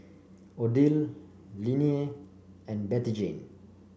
Odile Linnea and Bettyjane